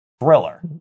thriller